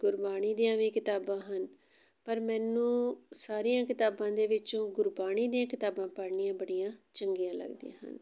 ਗੁਰਬਾਣੀ ਦੀਆਂ ਵੀ ਕਿਤਾਬਾਂ ਹਨ ਪਰ ਮੈਨੂੰ ਸਾਰੀਆਂ ਕਿਤਾਬਾਂ ਦੇ ਵਿੱਚੋਂ ਗੁਰਬਾਣੀ ਦੀਆਂ ਕਿਤਾਬਾਂ ਪੜ੍ਹਨੀਆਂ ਬੜੀਆਂ ਚੰਗੀਆਂ ਲੱਗਦੀਆਂ ਹਨ